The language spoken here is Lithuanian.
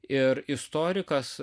ir istorikas